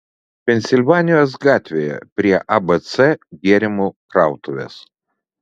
pensilvanijos gatvėje prie abc gėrimų krautuvės